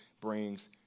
brings